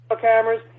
cameras